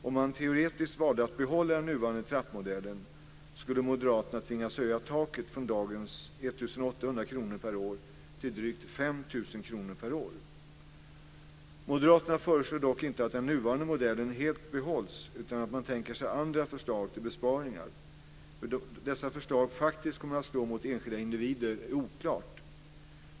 Om man teoretiskt valde att behålla den nuvarande trappmodellen skulle moderaterna tvingas höja taket från dagens 1 800 kr per år till drygt 5 000 kr per år. Moderaterna föreslår dock inte att den nuvarande modellen helt behålls, utan man tänker sig andra förslag till besparingar. Hur dessa förslag faktiskt kommer att slå mot enskilda individer är oklart.